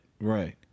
Right